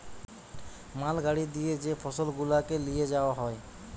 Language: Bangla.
মাল গাড়ি দিয়ে যে ফসল গুলাকে লিয়ে যাওয়া হয়